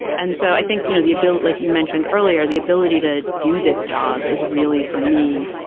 and so i think, you know, the a bill like you mentioned earlier, the ability to do this job is really for me,